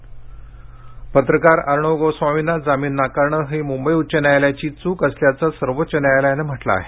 अर्णव पत्रकार अर्णव गोस्वामींना जामीन नाकारणं ही मुंबई उच्च न्यायालयाची चूक असल्याचं सर्वोच्च न्यायालयानं म्हंटलं आहे